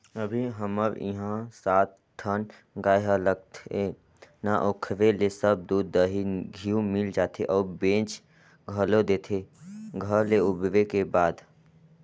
अभी हमर इहां सात ठन गाय हर लगथे ना ओखरे ले सब दूद, दही, घींव मिल जाथे अउ बेंच घलोक देथे घर ले उबरे के बाद